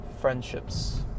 friendships